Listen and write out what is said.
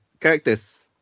Characters